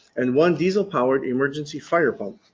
and one diesel powered emergency fire pump.